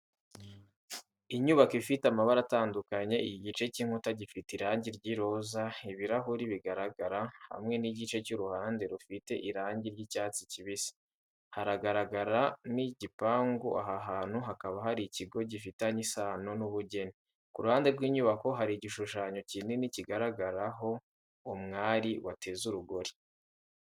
Inyubako ifite amabara atandukanye igice cy’inkuta gifite irangi ry’iroza, ibirahuri bigaragara, hamwe n’igice cy’uruhande rufite irangi ry’icyatsi kibisi. Haragaragara n’igipangu aha hantu hakaba har'ikigo gifitanye isano n’ubugeni. Ku ruhande rw’inyubako hari igishushanyo kinini kigaragaraho umwari wateze urugori.